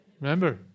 Remember